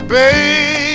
Baby